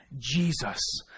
Jesus